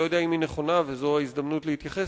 יודע שיש גורמים בישראל,